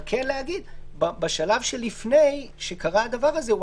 אבל כן להגיד שבשלב לפני שקרה הדבר הזה הוא